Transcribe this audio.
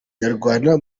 nyarwanda